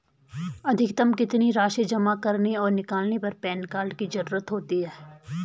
अधिकतम कितनी राशि जमा करने और निकालने पर पैन कार्ड की ज़रूरत होती है?